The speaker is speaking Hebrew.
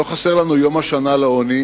לא חסר לנו יום השנה לעוני